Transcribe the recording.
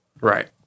Right